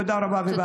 תודה רבה ובהצלחה.